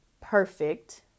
perfect